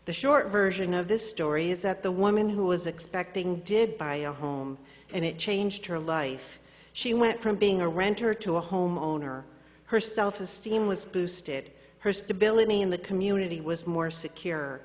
the short version of this story is that the woman who was expecting did buy a home and it changed her life she went from being a renter to a homeowner her self esteem was boosted her stability in the community was more secure